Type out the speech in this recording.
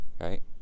Right